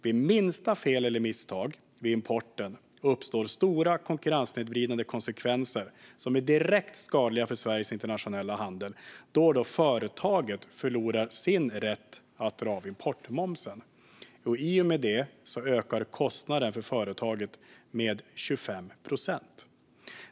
Vid minsta fel eller misstag vid importen uppstår stora konkurrenssnedvridande konsekvenser som är direkt skadliga för Sveriges internationella handel då företaget förlorar sin rätt att dra av importmomsen. I och med det ökar kostnaden för företaget med 25 procent.